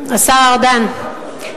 השר ארדן,